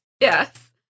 Yes